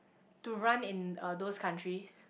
to run in uh those countries